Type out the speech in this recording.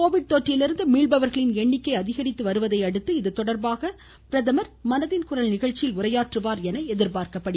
Covid தொற்றிலிருந்து மீள்பவர்களின் எண்ணிக்கை அதிகரித்து வருவதையடுத்து இதுதொடர்பாக பிரதமர் மனதின் குரல் நிகழ்ச்சியில் உரையாற்றுவார் என தெரிகிறது